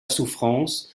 souffrance